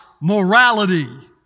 morality